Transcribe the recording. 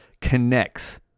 connects